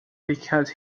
because